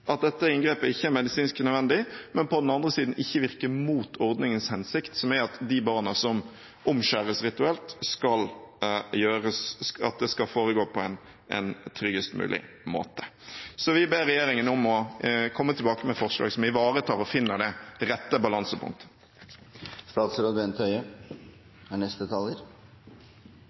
at dette inngrepet ikke er medisinsk nødvendig, men på den andre siden ikke virke mot ordningens hensikt, som er at den rituelle omskjæringen av barna skal foregå på en tryggest mulig måte. Så vi ber regjeringen om å komme tilbake med forslag som ivaretar og finner det rette balansepunktet. Jeg vil takke saksordføreren og resten av komiteen for godt samarbeid om denne saken. Rituell omskjæring av gutter er